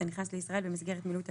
הנכנס לישראל במסגרת מילוי תפקידו,